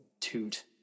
toot